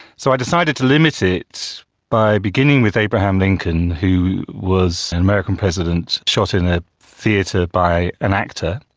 so i decided to limit it by beginning with abraham lincoln who was an american president shot in a theatre by an actor,